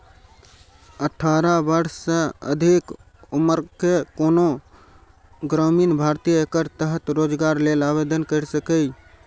अठारह वर्ष सँ अधिक उम्रक कोनो ग्रामीण भारतीय एकर तहत रोजगार लेल आवेदन कैर सकैए